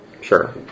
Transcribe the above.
Sure